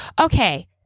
Okay